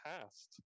past